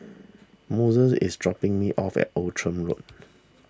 Moises is dropping me off at Outram Road